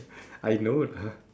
I know lah